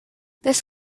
this